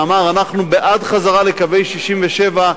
ואמר: אנחנו בעד חזרה לקווי 67',